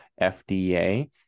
FDA